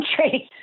country